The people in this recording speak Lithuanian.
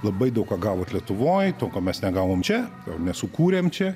labai daug ko gavot lietuvoj to ko mes negavom čia nesukūrėm čia